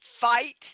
fight